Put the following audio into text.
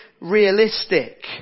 realistic